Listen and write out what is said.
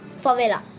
favela